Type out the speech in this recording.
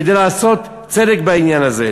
כדי לעשות צדק בעניין הזה.